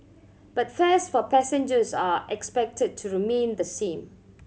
but fares for passengers are expected to remain the same